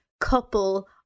couple